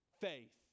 faith